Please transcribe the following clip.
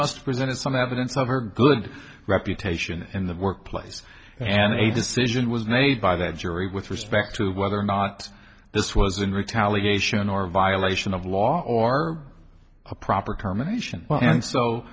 must present some evidence of her good reputation in the workplace and a decision was made by that jury with respect to whether or not this was in retaliation or a violation of law or a proper terminations well and so